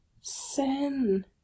Sen